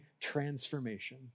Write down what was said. transformation